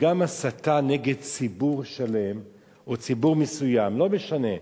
שגם הסתה נגד ציבור שלם או ציבור מסוים, לא משנה,